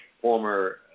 former